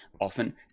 often